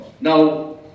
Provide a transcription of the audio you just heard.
Now